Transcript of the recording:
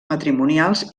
matrimonials